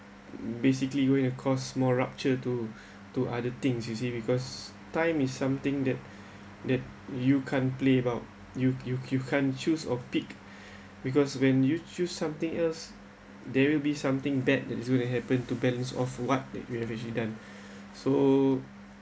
basically you going to cause more rupture to to other things you see because time is something that that you can't play about you you you can't choose or pick because when you choose something else there will be something bad that is going to happen to balance of what we have actually done so